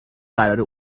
قراره